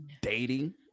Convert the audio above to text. dating